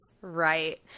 Right